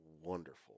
wonderful